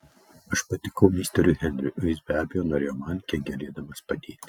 aš patikau misteriui henriui o jis be abejo norėjo man kiek galėdamas padėti